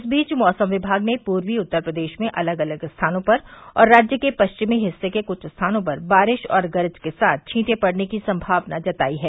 इस बीच मौसम विभाग ने पूर्वी उत्तर प्रदेश में अलग अलग स्थानों पर और राज्य के पश्चिमी हिस्से के कुछ स्थानों पर बारिश और गरज के साथ छींटे पड़ने की संमावना जताई है